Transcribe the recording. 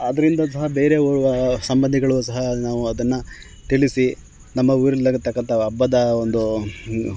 ಅದರಿಂದ ಸಹ ಬೇರೆಯೋರ್ವ ಸಂಬಂಧಿಗಳು ಸಹ ನಾವು ಅದನ್ನು ತಿಳಿಸಿ ನಮ್ಮ ಊರಲಿರತಕ್ಕಂಥ ಹಬ್ಬದ ಒಂದು